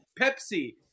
Pepsi